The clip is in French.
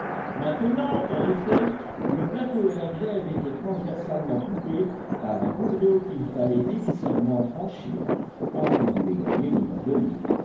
maintenant en effet le plateau et la grève étaient transversalement coupés par un cours d'eau qu'il fallait nécessairement franchir quand on voulait gagner le nord de l'île